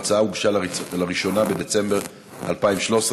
ההצעה הוגשה לראשונה בדצמבר 2013,